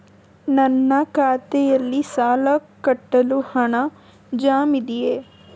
ನನ್ನ ಖಾತೆಯಲ್ಲಿ ಸಾಲ ಕಟ್ಟಲು ಹಣ ಜಮಾ ಇದೆಯೇ?